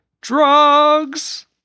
Drugs